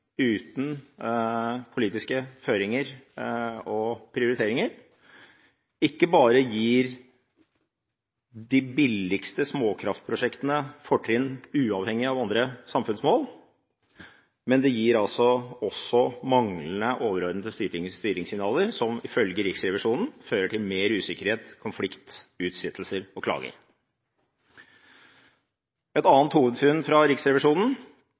uten politiske føringer og prioriteringer – ikke bare gir de billigste småkraftprosjektene fortrinn, uavhengig av andre samfunnsmål, den innebærer også manglende overordnede styringssignaler, som ifølge Riksrevisjonen fører til mer usikkerhet, konflikt, utsettelser og klager. Et annet hovedfunn fra Riksrevisjonen